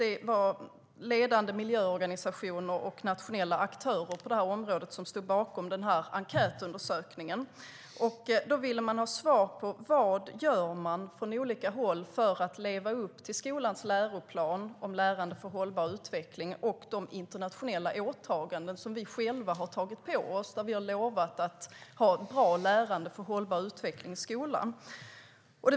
Det var ledande miljöorganisationer och nationella aktörer på det här området som stod bakom enkätundersökningen. De ville ha svar på vad man gör från olika håll för att leva upp till skolans läroplan om lärande för hållbar utveckling och de internationella åtaganden som vi själva har tagit på oss, där vi har lovat att ha ett bra lärande för hållbar utveckling i skolan.